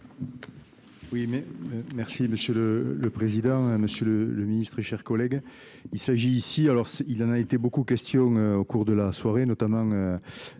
mais. Merci monsieur le le président monsieur le ministre et chers collègues, il s'agit ici, alors il en a été beaucoup question au cours de la soirée, notamment dans le